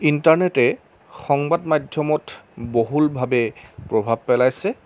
ইণ্টাৰনেটে সংবাদ মাধ্যমত বহুলভাৱে প্ৰভাৱ পেলাইছে